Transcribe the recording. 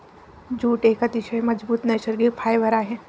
jute एक अतिशय मजबूत नैसर्गिक फायबर आहे